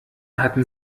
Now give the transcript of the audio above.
hatten